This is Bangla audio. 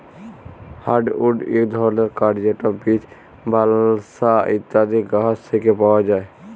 হার্ডউড ইক ধরলের কাঠ যেট বীচ, বালসা ইত্যাদি গাহাচ থ্যাকে পাউয়া যায়